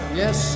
yes